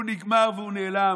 הוא נגמר והוא נעלם.